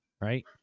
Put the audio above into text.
Right